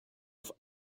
auf